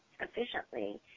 efficiently